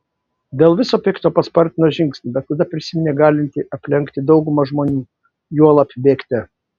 dėl viso pikto paspartino žingsnį bet tada prisiminė galinti aplenkti daugumą žmonių juolab bėgte